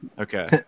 Okay